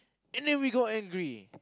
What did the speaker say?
and then we got angry